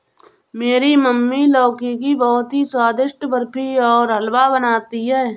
मेरी मम्मी लौकी की बहुत ही स्वादिष्ट बर्फी और हलवा बनाती है